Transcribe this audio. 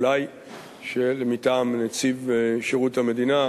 אולי מטעם נציב שירות המדינה,